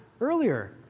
earlier